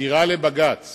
עתירה לבג"ץ